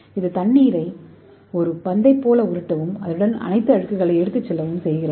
இது தண்ணீரை ஒரு பந்தைப் போல உருட்டவும் அதனுடன் அனைத்து அழுக்குகளையும் எடுத்துச் செல்லவும் செய்கிறது